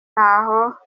ntaho